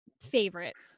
favorites